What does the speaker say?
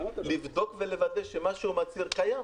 לבדוק ולוודא שמה שהוא מצהיר קיים.